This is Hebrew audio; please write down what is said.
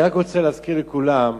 אני רק רוצה להזכיר לכולם,